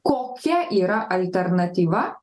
kokia yra alternatyva